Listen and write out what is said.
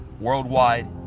worldwide